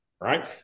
right